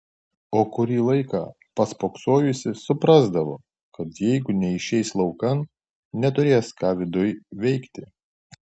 o kurį laiką paspoksojusi suprasdavo kad jeigu neišeis laukan neturės ką viduj veikti